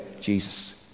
Jesus